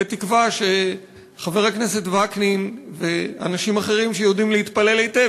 בתקווה שחבר הכנסת וקנין ואנשים אחרים שיודעים להתפלל היטב,